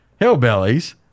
hillbillies